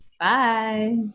Bye